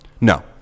No